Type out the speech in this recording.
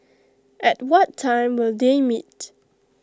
at what time will they meet